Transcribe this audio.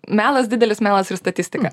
melas didelis melas ir statistika